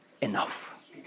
enough